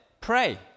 pray